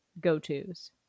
go-tos